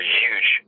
huge